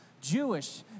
Jewish